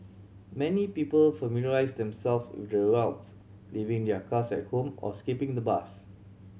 many people familiarised themselves with the routes leaving their cars at home or skipping the bus